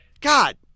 God